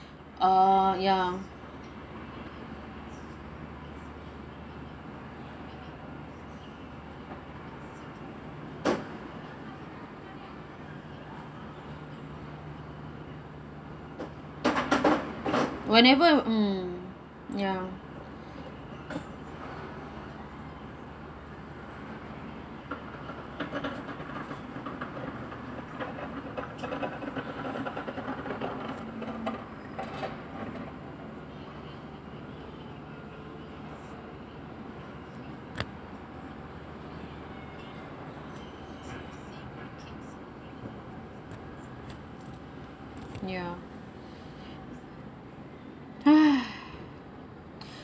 uh ya whenever mm ya ya